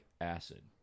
acid